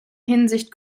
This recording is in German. hinsicht